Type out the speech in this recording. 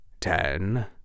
Ten